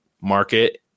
market